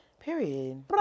Period